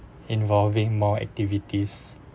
involving more activities